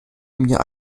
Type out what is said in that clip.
mir